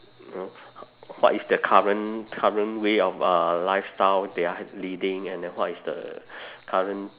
know what is the current current way of uh lifestyle they are leading and what is the current